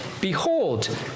behold